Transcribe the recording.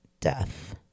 death